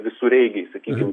visureigiai sakykim